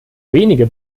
wenige